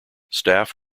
staff